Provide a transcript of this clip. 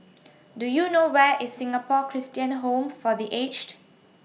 Do YOU know Where IS Singapore Christian Home For The Aged